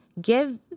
give